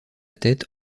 tête